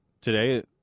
today